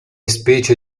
specie